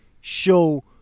show